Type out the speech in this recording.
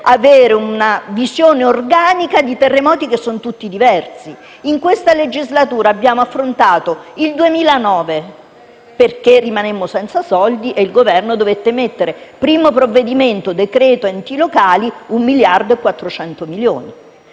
avere una visione organica di terremoti che sono tutti diversi. In questa legislatura abbiamo affrontato il 2009, quando rimanemmo senza soldi e il Governo dovette mettere nel primo provvedimento il decreto sugli enti locali, 1,4 miliardi; il